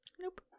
Nope